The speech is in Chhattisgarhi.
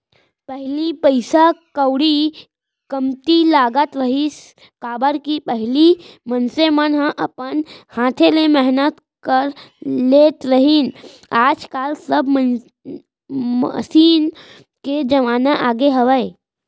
पहिली पइसा कउड़ी कमती लगत रहिस, काबर कि पहिली मनसे मन ह अपन हाथे ले मेहनत कर लेत रहिन आज काल सब मसीन के जमाना आगे हावय